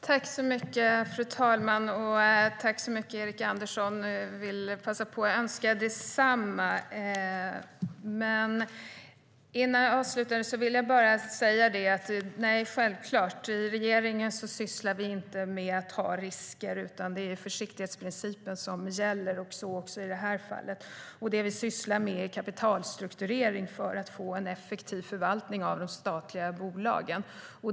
Fru ålderspresident! Jag tackar Erik Andersson så mycket och vill passa på att önska detsamma! Nej, självklart sysslar inte vi i regeringen med att ta risker, utan det är försiktighetsprincipen som gäller, så också i det här fallet. Det vi sysslar med är kapitalstrukturering för en effektiv förvaltning av de statliga bolagen.